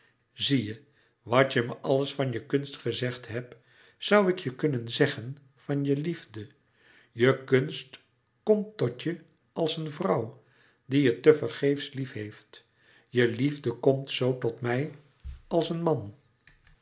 zie je wat je me alles van je kunst gezegd louis couperus metamorfoze hebt zoû ik je kunnen zeggen van je liefde je kunst komt tot je als een vrouw die je tevergeefs lief heeft je liefde komt zoo tot mij als een man